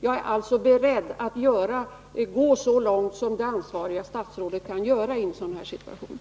Jag är alltså beredd att gå så långt som det ansvariga statsrådet kan göra i en sådan här situation.